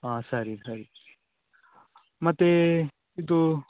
ಹಾಂ ಸರಿ ಸರಿ ಮತ್ತೇ ಇದು